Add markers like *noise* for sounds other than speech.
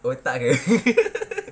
oh tak ke *laughs*